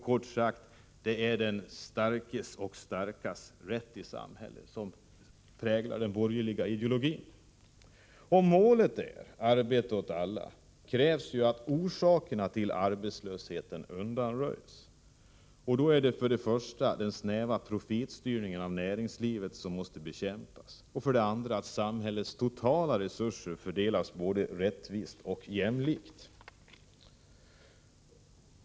Kort sagt: Det är den starkes rätt i samhället som präglar den borgerliga ideologin. Om målet är arbete åt alla krävs att orsakerna till arbetslösheten undanröjs. Då är det för det första den snäva profitstyrningen i näringslivet som måste bekämpas. För det andra måste samhällets totala resurser fördelas både rättvist och jämlikt.